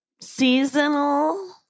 seasonal